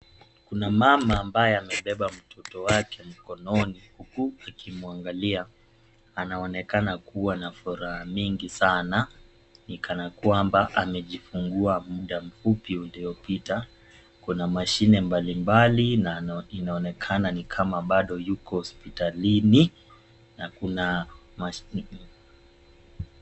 Kuna mama ambaye amebeba mtoto wake mkononi huku akimwangalia. Ananonekana kuwa na furaha nyingi sana ni kana kwamba amejifungua muda mfupi uliopita. Kuna mashine mbalimbali na inaonekana ni kama bado yuko hospitalini na kuna mashini.